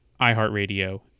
iHeartRadio